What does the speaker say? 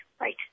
right